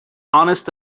honest